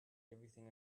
everything